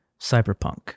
cyberpunk